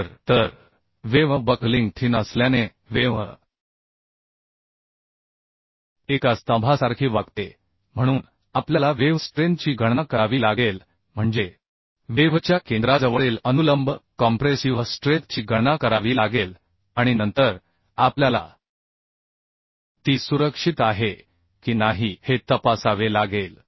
तर तर web buckling thin असल्याने वेव्ह एका स्तंभासारखी वागते म्हणून आपल्याला वेव्ह स्ट्रेंथची गणना करावी लागेल म्हणजे वेव्हच्या केंद्राजवळील अनुलंब कॉम्प्रेसिव्ह स्ट्रेंथची गणना करावी लागेल आणि नंतर आपल्याला ती सुरक्षित आहे की नाही हे तपासावे लागेल